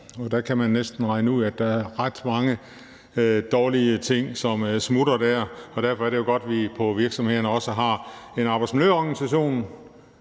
og der kan man næsten regne ud, at der er ret mange dårlige ting, som smutter. Derfor er det jo godt, at vi på virksomhederne også har en arbejdsmiljøorganisation.